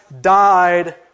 died